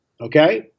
Okay